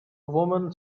woman